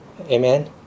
amen